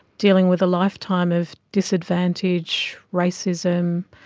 dealing with a lifetime of disadvantage, racism,